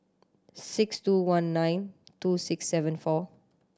six two one nine two six seven four